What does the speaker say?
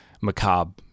macabre